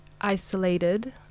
isolated